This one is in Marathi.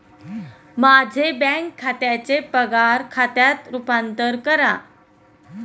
माझे बँक खात्याचे पगार खात्यात रूपांतर करा